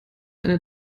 eine